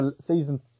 season